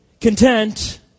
content